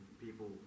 people